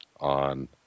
on